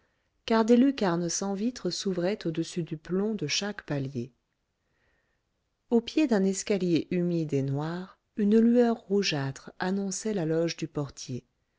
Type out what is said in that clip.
car des lucarnes sans vitres s'ouvraient au-dessus du plomb de chaque palier au pied d'un escalier humide et noir une lueur rougeâtre annonçait la loge du portier